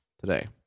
today